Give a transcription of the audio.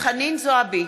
חנין זועבי,